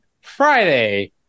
Friday